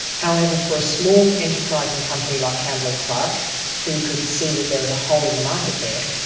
however, for a small enterprising company like campbell and clark who could see that there was a hole in the market there,